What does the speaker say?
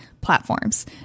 platforms